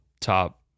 top